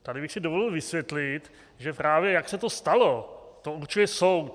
Tady bych si dovolil vysvětlit, že právě jak se to stalo, to určuje soud.